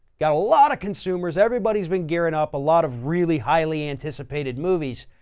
got a lot of consumers, everybody's been gearing up a lot of really highly anticipated movies